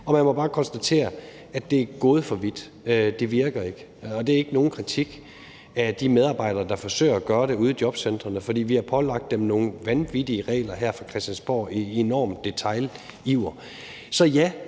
Man må bare konstatere, at det er gået for vidt, at det ikke virker. Og det er ikke nogen kritik af de medarbejdere, der forsøger at gøre det ude i jobcentrene, for vi har pålagt dem nogle vanvittige regler her fra Christiansborgs side i en enorm detail-iver.